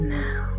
now